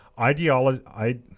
ideology